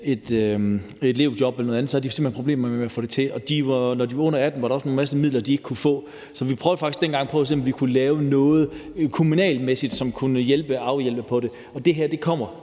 et elevjob eller noget andet, havde de simpelt hen problemer med at få det til at hænge sammen, og når de var under 18 år, var der også en masse midler, de ikke kunne få. Så vi prøvede faktisk dengang på at se, om vi fra kommunal side kunne gøre noget, som kunne afhjælpe det, og det her kommer